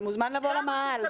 אתה מוזמן לבוא למאהל.